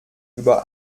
über